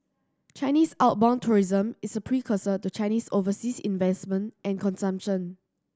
Chinese outbound tourism is a precursor to Chinese overseas investment and consumption